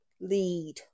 lead